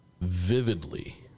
vividly